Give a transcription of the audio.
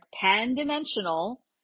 pan-dimensional